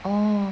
oo